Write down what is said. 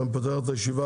אני פותח את הישיבה.